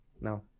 no